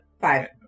Five